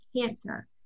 cancer